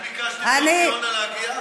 אני ביקשתי מיוסי יונה להגיע?